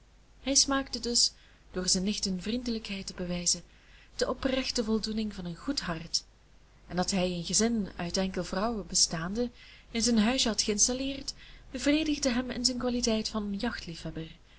hij smaakte dus door zijnen nichten vriendelijkheid te bewijzen de oprechte voldoening van een goed hart en dat hij een gezin uit enkel vrouwen bestaande in zijn huisje had geïnstalleerd bevredigde hem in zijn kwaliteit van